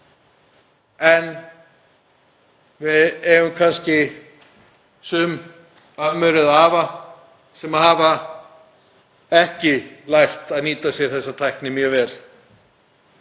en við eigum kannski sum ömmur eða afa sem ekki hafa lært að nýta sér þessa tækni mjög vel.